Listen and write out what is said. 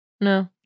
no